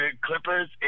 Clippers